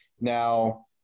Now